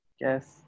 Yes